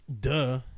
Duh